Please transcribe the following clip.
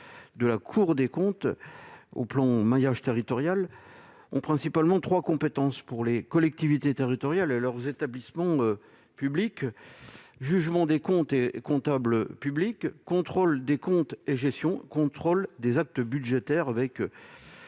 de la Cour des comptes dont elles assurent le maillage territorial -ont principalement trois compétences pour les collectivités territoriales et leurs établissements publics : le jugement des comptes et comptables publics, le contrôle des comptes et de la gestion, le contrôle des actes budgétaires sur